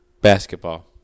basketball